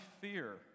fear